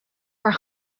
her